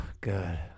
good